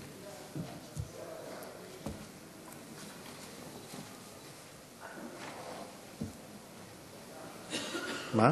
מה?